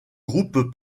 groupe